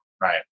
Right